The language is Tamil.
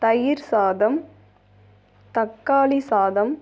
தயிர் சாதம் தக்காளி சாதம்